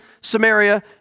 Samaria